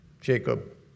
Jacob